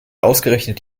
ausgerechnet